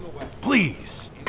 Please